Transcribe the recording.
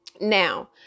Now